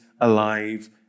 alive